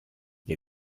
che